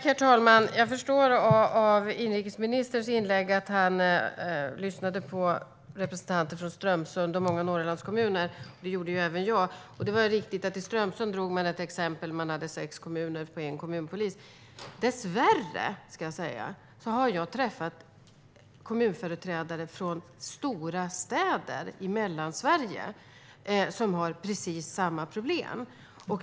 Herr talman! Jag förstår av inrikesministerns inlägg att han lyssnade på representanter från Strömsund och många Norrlandskommuner - det gjorde även jag. Det är riktigt att man från Strömsund tog upp ett exempel där det var sex kommuner på en kommunpolis. Dessvärre, ska jag säga, har jag träffat kommunföreträdare från stora städer i Mellansverige som har precis samma problem.